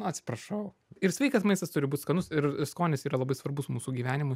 nu atsiprašau ir sveikas maistas turi būt skanus ir skonis yra labai svarbus mūsų gyvenimui